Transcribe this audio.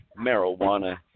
Marijuana